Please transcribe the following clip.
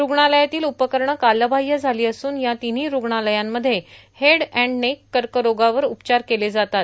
रूग्णालयातील उपकरणं कालबाह्य झाली असून या तिव्ही रूग्णालयांमध्ये हेड एण्ड नेक कर्करोगावर उपचार केले जातात